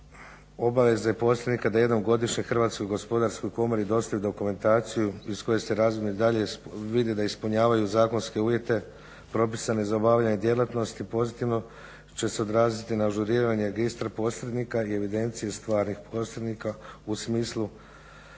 obaveze posrednika da jednom godišnje HGK-u dostavi dokumentaciju iz koje se razvidno i dalje vidi da ispunjavaju zakonske uvjete propisane za obavljanje djelatnosti, pozitivno će se odraziti na ažuriranje registra posrednika i evidencije stvarnih posrednika u smislu